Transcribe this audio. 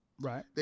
Right